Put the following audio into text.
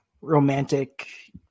romantic